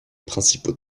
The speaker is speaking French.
principaux